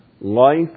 life